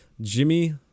Jimmy